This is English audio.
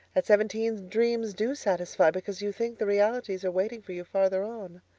at seventeen dreams do satisfy because you think the realities are waiting for you further on.